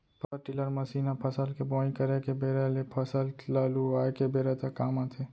power tiller machine ह फसल के बोवई करे के बेरा ले फसल ल लुवाय के बेरा तक काम आथे